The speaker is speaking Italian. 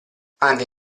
anche